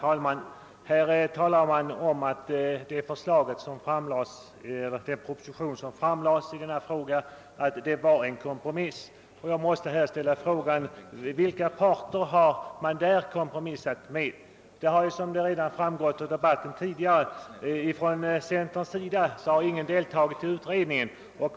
Herr talman! Här talar man om att den proposition som framlagts i denna fråga var en kompromiss. Jag måste här ställa frågan: Vilka parter har man där kompromissat med? Som redan framgått av debatten har från centerns sida ingen deltagit i utredningen.